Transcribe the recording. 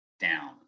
Down